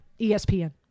ESPN